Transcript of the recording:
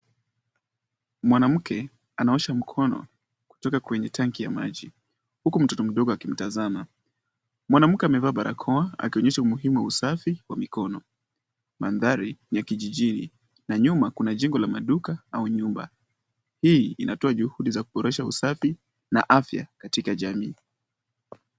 Mwanamke anaosha mkona kutoka kwenye tanki ya maji, huku mtoto mdogo akimtazama. Mwanamke amevaa barakoa akionyesha umuhimu wa usafi wa mikono, mandhari ya kijijini na nyuma kuna jengo la maduka au nyumba. Hii inatoa juhudi za kuboresha usafi na afya katika jamii.